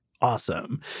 awesome